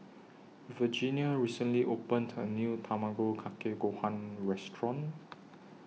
Virginia recently opened A New Tamago Kake Gohan Restaurant